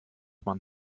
man